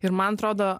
ir man atrodo